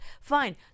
fine